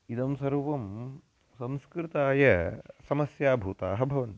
इदं सर्वं संस्कृताय समस्याभूताः भवन्ति